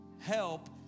Help